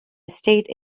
estate